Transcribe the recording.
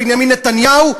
בנימין נתניהו,